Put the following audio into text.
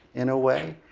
in a way.